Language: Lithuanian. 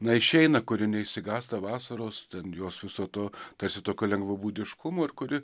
neišeina kuri neišsigąsta vasaros ten jos viso to tarsi tokio lengvabūdiškumo ir kuri